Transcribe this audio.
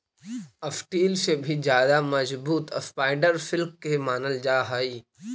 steel से भी ज्यादा मजबूत स्पाइडर सिल्क के मानल जा हई